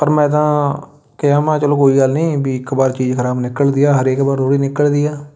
ਪਰ ਮੈਂ ਤਾਂ ਕਿਹਾ ਮੈਂ ਕਿਹਾ ਚਲੋ ਕੋਈ ਗੱਲ ਨਹੀਂ ਵੀ ਇੱਕ ਵਾਰ ਚੀਜ਼ ਖਰਾਬ ਨਿਕਲਦੀ ਆ ਹਰੇਕ ਵਾਰ ਥੋੜ੍ਹੀ ਨਿਕਲਦੀ ਆ